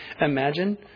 Imagine